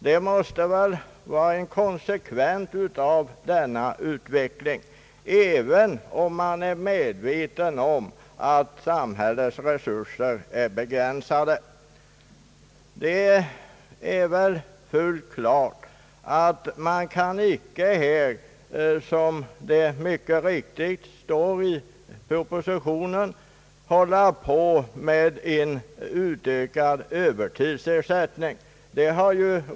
Det borde vara en konsekvens av denna utveckling, även om man är medveten om att samhällets resurser är begränsade. Det är fullt klart att man inte, vilket också mycket riktigt framhålles i propositionen, kan fortsätta att utöka övertidsersättningen.